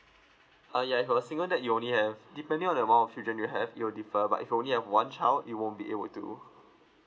uh ya if you're single than you only have depending on the amount of children you have it will differ but if you only have one child you won't be able to